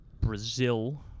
Brazil